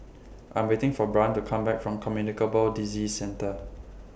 I'm waiting For Brion to Come Back from Communicable Disease Centre